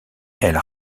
elles